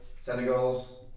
Senegals